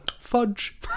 Fudge